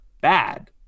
bad